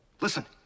Listen